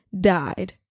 died